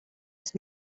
ist